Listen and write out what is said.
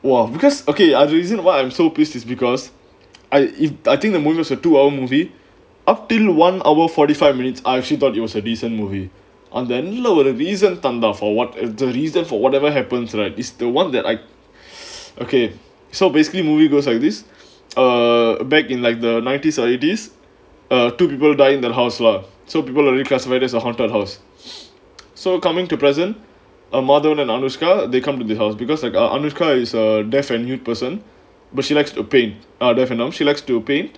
!wah! because okay as reason why I'm so pleased is because I I think the move as a two hour movie of till one hour forty five minutes I actually thought it was a decent movie அந்த:antha end leh ஒரு:oru reason தந்தான்:thanthaan for whatever the reason for whatever happens tonight is the one that I okay so basically movie goes like this err back in like the nineties or it is two people died in that house lah so people only because of where there's a haunted house so coming to present a modern and anushka they come to the house because like our undergoes a deaf and mute person but she likes to paint are different um she likes to paint